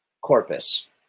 corpus